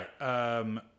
right